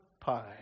pie